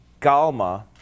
galma